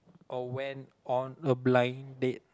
or went on a blind date